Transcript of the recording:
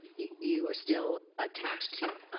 you are still attached to